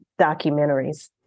documentaries